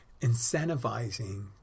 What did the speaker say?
incentivizing